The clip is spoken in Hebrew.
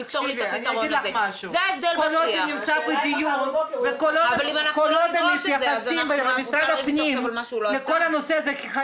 תגידו לי אם אתם הייתם יכולים לא לראות את הילדים שלכם במשך חמישה